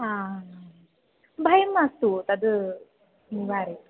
हा भयं मास्तु तद् निवारे